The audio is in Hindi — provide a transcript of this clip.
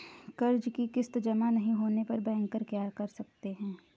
कर्ज कि किश्त जमा नहीं होने पर बैंकर क्या कर सकते हैं?